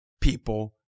people